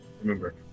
Remember